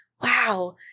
wow